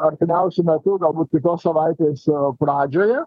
artimiausiu metu galbūt kitos savaitės pradžioje